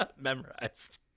Memorized